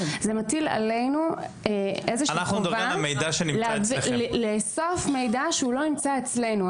זה מטיל עלינו איזושהי חובה לאסוף מידע שלא נמצא אצלנו.